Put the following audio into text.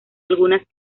algunas